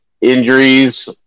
injuries